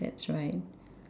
that's right